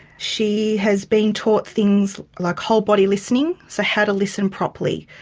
she has been taught things like whole-body listening, so how to listen properly,